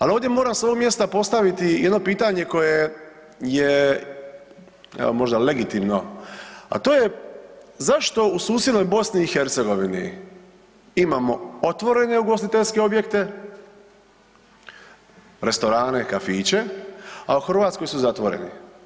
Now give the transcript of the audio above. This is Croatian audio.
Ali ovdje moram s ovog mjesta postaviti jedno pitanje koje je evo možda legitimno a to je zašto u susjednoj BiH imamo otvorene ugostiteljske objekte, restorane, kafiće a u Hrvatskoj su zatvoreni?